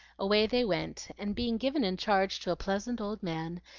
away they went and being given in charge to a pleasant old man,